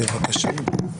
בבקשה.